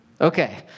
Okay